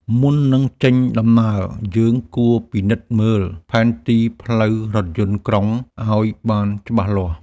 មុននឹងចេញដំណើរ យើងគួរពិនិត្យមើលផែនទីផ្លូវរថយន្តក្រុងឱ្យបានច្បាស់លាស់។